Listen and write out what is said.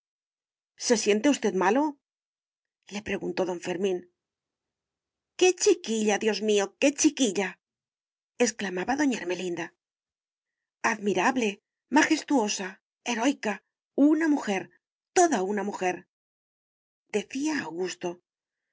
se siente usted malo le preguntó don fermín qué chiquilla dios mío qué chiquilla exclamaba doña ermelinda admirable majestuosa heroica una mujer toda una mujer decía augusto